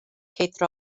kate